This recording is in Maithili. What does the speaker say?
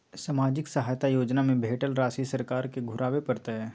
सामाजिक सहायता योजना में भेटल राशि सरकार के घुराबै परतै?